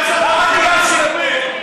למה ניגשתי לפה?